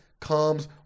comes